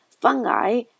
Fungi